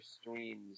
streams